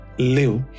Live